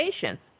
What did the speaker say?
patients